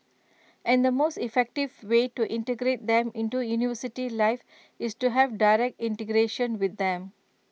and the most effective way to integrate them into university life is to have direct integration with them